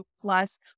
plus